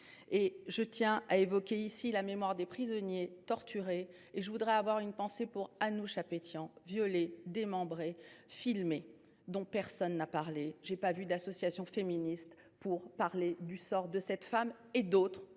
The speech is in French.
Je tiens à évoquer ici la mémoire des prisonniers torturés. Et je veux avoir une pensée pour Anouch Apetian, violée, démembrée, filmée, dont personne n’a parlé. Je n’ai entendu aucune association féministe parler du sort de cette femme ni d’autres,